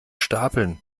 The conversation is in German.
stapeln